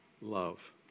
love